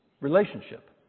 Relationship